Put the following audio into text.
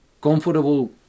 comfortable